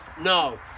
No